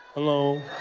hello